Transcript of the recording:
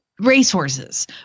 racehorses